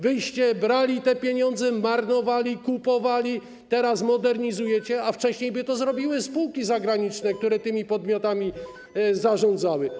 Wyście brali te pieniądze, marnowali, kupowali, teraz modernizujecie, a wcześniej by to zrobiły spółki zagraniczne, które tymi podmiotami zarządzały.